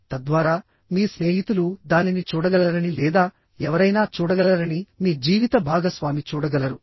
తద్వారామీ స్నేహితులు దానిని చూడగలరని లేదా ఎవరైనా చూడగలరని మీ జీవిత భాగస్వామి చూడగలరు